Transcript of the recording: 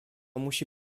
musi